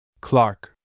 Clark